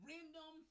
Random